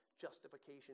Justification